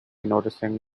noticing